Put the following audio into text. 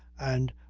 and,